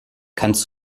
kannst